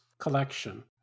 collection